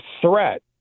threat